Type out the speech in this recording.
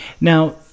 Now